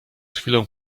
chwilę